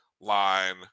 line